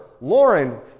Lauren